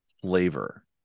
flavor